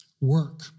work